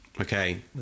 Okay